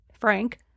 Frank